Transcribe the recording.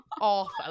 awful